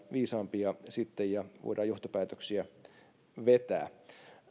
viisaampia ja voidaan johtopäätöksiä vetää